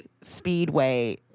speedway